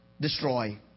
destroy